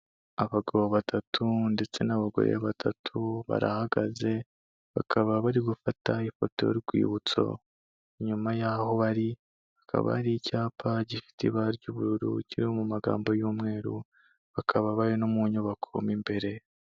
Abagabo batatu ndetse n'abagore batatu barahagaze, bakaba bari gufata ifoto y'urwibutso, inyuma y'aho bari hakaba hari icyapa gifite ibara ry'ubururu, kiri mu magambo y'umweru, bakaba bari no mu nyubako mu imbere.